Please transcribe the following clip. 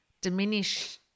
diminish